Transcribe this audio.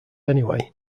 anyway